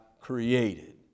created